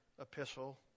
epistle